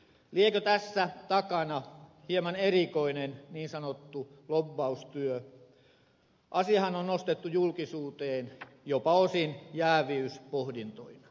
liekö tässä takana hieman erikoinen niin sanottu lobbaustyö asiahan on nostettu julkisuuteen jopa osin jääviyspohdintoina